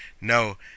no